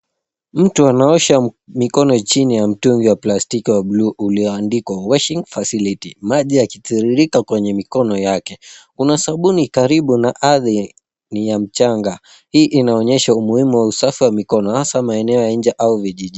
Mtu anaosha mikono chini ya mtungi wa plastiki wa bluu ulioandikiwa washing facility . Maji yakitiririka kwenye mikono yake. Kuna sabuni karibu, na ardhi ni ya mchanga. Hii inaonyesha umuhimu wa usafi wa mikono hasa maeneo ya nje au vijijini.